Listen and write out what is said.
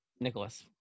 Nicholas